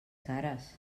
cares